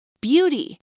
beauty